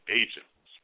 agents